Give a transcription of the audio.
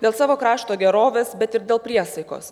dėl savo krašto gerovės bet ir dėl priesaikos